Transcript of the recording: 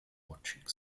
watching